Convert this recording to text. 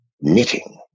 knitting